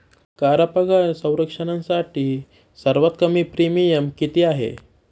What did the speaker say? Car अपघात संरक्षणासाठी सर्वात कमी प्रीमियम किती आहे?